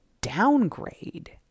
downgrade